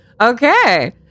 okay